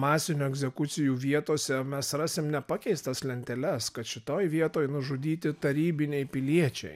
masinių egzekucijų vietose mes rasim nepakeistas lenteles kad šitoj vietoj nužudyti tarybiniai piliečiai